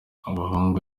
abahungu